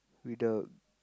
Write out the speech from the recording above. without